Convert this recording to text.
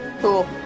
Cool